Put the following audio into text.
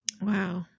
wow